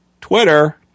Twitter